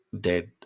dead